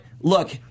look